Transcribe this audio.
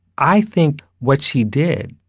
i think what she did,